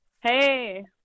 hey